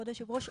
כבוד היושב-ראש,